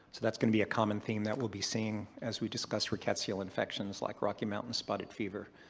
that's going to be a common theme that we'll be seeing as we discuss rickettsia infections like rocky mountain spotted fever